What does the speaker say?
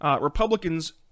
Republicans